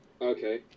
Okay